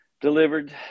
delivered